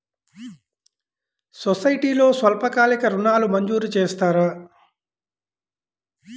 సొసైటీలో స్వల్పకాలిక ఋణాలు మంజూరు చేస్తారా?